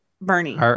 Bernie